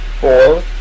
four